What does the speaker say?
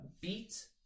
beat